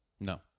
No